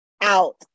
out